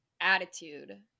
attitude